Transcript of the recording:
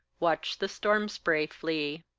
watch the storm-spray flee.